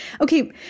Okay